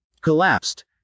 Collapsed